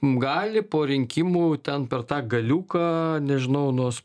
gali po rinkimų ten per tą galiuką nežinau nors